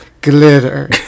Glitter